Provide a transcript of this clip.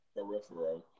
Peripheral